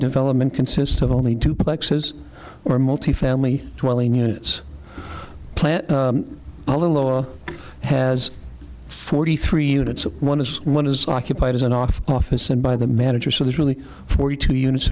development consists of only two places or multifamily while in units plan all the law has forty three units one is one is occupied as an off office and by the manager so there's really forty two units